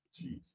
Jesus